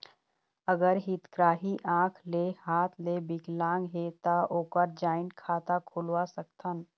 अगर हितग्राही आंख ले हाथ ले विकलांग हे ता ओकर जॉइंट खाता खुलवा सकथन?